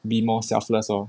be more selfless lor